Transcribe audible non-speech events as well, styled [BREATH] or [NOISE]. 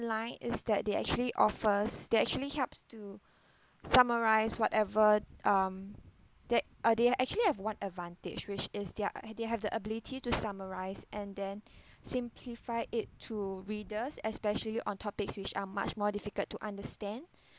online is that they actually offers they actually helps to summarise whatever um they uh they actually have one advantage which is their and they have the ability to summarise and then [BREATH] simplify it to readers especially on topics which are much more difficult to understand